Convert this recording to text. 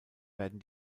werden